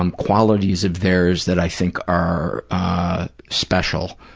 um qualities of theirs that i think are special.